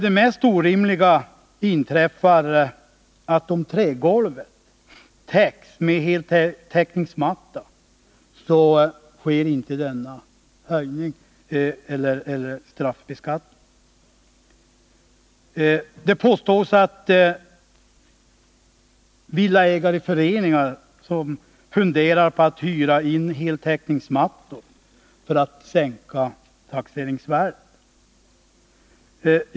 Det mest orimliga inträffar om trägolvet täcks med en heltäckningsmatta, för då sker inte denna straffbeskattning. Det påstås att villaägarföreningar funderar på att hyra heltäckningsmattor för att sänka taxeringsvärdet.